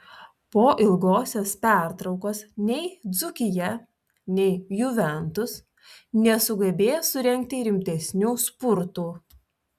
po ilgosios pertraukos nei dzūkija nei juventus nesugebėjo surengti rimtesnių spurtų